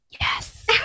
Yes